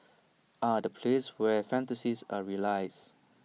ah the place where fantasies are realised